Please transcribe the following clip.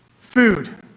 food